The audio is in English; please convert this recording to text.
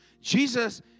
Jesus